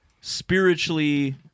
spiritually